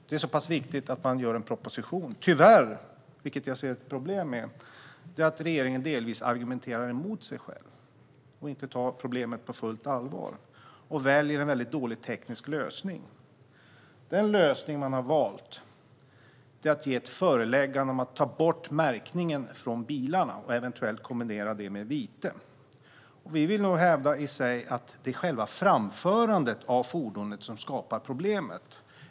Det är så pass viktigt att den gör en proposition. Tyvärr, vilket jag ser ett problem med, argumenterar regeringen delvis emot sig själv, tar inte problemet på fullt allvar och väljer en väldigt dålig teknisk lösning. Den lösning man har valt är att ge ett föreläggande om att ta bort märkningen från bilarna och eventuellt kombinera det vite. Vi vill nog hävda i sig att det är själva framförandet av fordonet som skapar problemet.